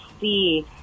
see